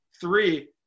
three –